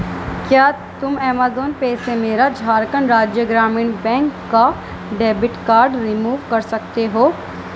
کیا تم ایمیزون پے سے میرا جھارکھنڈ راجیہ گرامین بینک کا ڈیبٹ کارڈ ریموو کر سکتے ہو